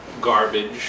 garbage